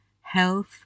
health